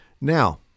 Now